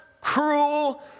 cruel